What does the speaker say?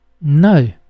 No